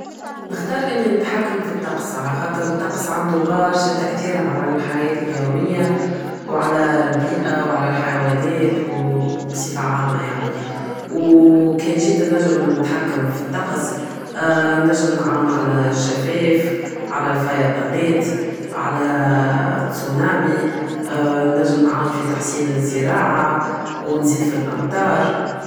نحتار اني نتحكم فالطقس على خاطر الطقس عندو برشا تأثير على الحياة اليومية و على البيئة و على الحيوانات و بصفة عامة يعني و كان جيت نجم نتحكم فالطقس نجم نعاون على الجفاف على الفياضانات على تسونامي نجم نعاون في تحصيل الزراعة و نزيد فالامطار